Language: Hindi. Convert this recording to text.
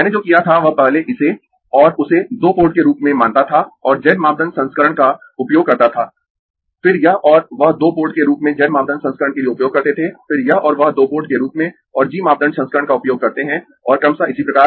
मैंने जो किया था वह पहले इसे और उसे दो पोर्ट के रूप में मानता था और z मापदंड संस्करण का उपयोग करता था फिर यह और वह दो पोर्ट के रूप में z मापदंड संस्करण के लिए उपयोग करते थे फिर यह और वह दो पोर्ट के रूप में और g मापदंड संस्करण का उपयोग करते है और क्रमशः इसी प्रकार